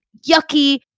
yucky